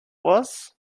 was